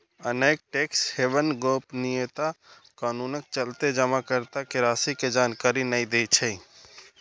अनेक tax haven गोपनीयता कानूनक चलते जमाकर्ता के राशि के जानकारी नै दै छै